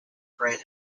grant